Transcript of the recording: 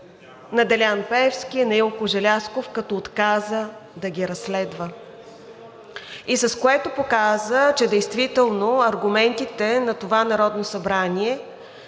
на Делян Пеевски, на Илко Желязков, като отказа да ги разследва, с което показа, че действително аргументите на това Народно събрание